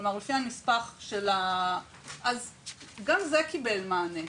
כלומר, גם זה קיבל מענה.